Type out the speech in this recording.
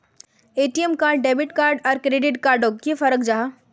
ATM card debit card आर credit card डोट की फरक जाहा?